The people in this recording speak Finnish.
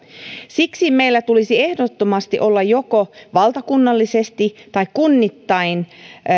siksi meillä tulisi ehdottomasti olla joko valtakunnallisesti tai kunnittain